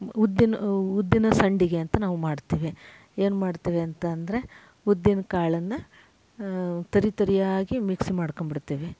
ಉ ಉದ್ದಿನ ಉದ್ದಿನ ಸಂಡಿಗೆ ಅಂತ ನಾವು ಮಾಡ್ತೇವೆ ಏನು ಮಾಡ್ತೇವೆ ಅಂತಂದರೆ ಉದ್ದಿನ ಕಾಳನ್ನು ತರಿ ತರಿಯಾಗಿ ಮಿಕ್ಸ್ ಮಾಡ್ಕೊಂಬಿಡ್ತೇವೆ